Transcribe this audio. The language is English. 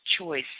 choice